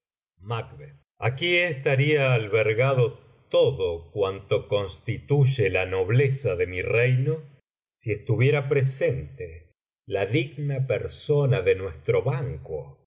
aquí estaría albergado todo cuanto constituye la nobleza de mi reino si estuviera presente la digna persona de nuestro banquo